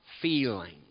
feeling